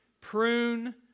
prune